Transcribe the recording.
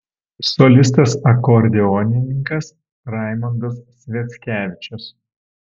solistas akordeonininkas raimondas sviackevičius